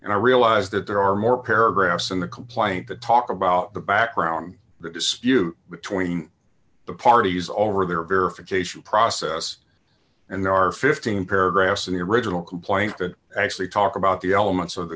and i realize that there are more paragraphs in the complaint that talk about the background the dispute between the parties over there verification process and there are fifteen paragraphs in the original complaint that actually talk about the elements of the